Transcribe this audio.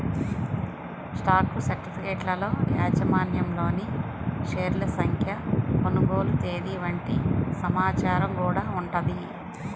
stock సర్టిఫికెట్లలో యాజమాన్యంలోని షేర్ల సంఖ్య, కొనుగోలు తేదీ వంటి సమాచారం గూడా ఉంటది